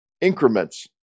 increments